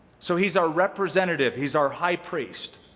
so he's our representative. he's our high priest.